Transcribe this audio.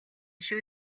шүү